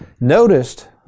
noticed